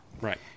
Right